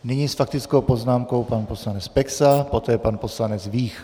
Nyní s faktickou poznámkou pan poslanec Peksa, poté pan poslanec Vích.